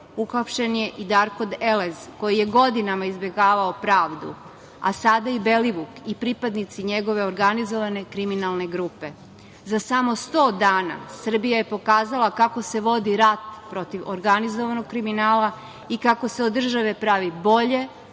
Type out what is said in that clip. uhapšen je i Darko Elez koji je godinama izbegavao pravdu, a sada i Belivuk i pripadnici njegove organizovane kriminalne grupe. Za samo 100 dana Srbija je pokazala kako se vodi rat protiv organizovanog kriminala i kako se od država pravi bolje,